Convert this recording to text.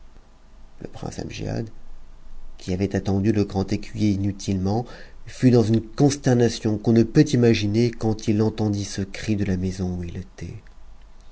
le prince amgiad qui avait attendu le grand écuyer inutilement fut dans une consternation qu'on ne peut imaginer quand il entendit ce cri de la maison où il était